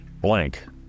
blank